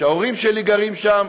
שההורים שלי גרים שם,